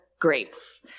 grapes